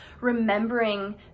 remembering